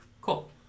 Cool